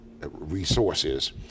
resources